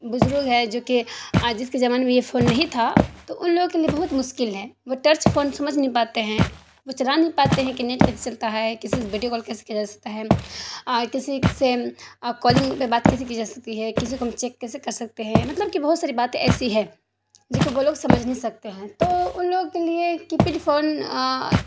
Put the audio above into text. بزرگ ہے جو کہ جس کے زمانے میں یہ فون نہیں تھا تو ان لوگوں کے لیے بہت مشکل ہے وہ ٹچ فون سمجھ نہیں پاتے ہیں وہ چلا نہیں پاتے ہیں کہ نیٹ کیسے چلتا ہے کسی سے بیڈیو کال کیسے کیا جا سکتا ہے کسی سے آپ کالنگ پہ بات کیسے کی جا سکتی ہے کسی کو ہم چیک کیسے کر سکتے ہیں مطلب کہ بہت ساری بات ایسی ہے جو کہ وہ لوگ سمجھ نہیں سکتے ہیں تو ان لوگوں کے لیے کیپیڈ فون